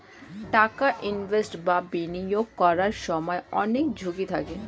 টাকা ইনভেস্ট বা বিনিয়োগ করার সময় অনেক ঝুঁকি থাকে